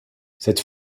cette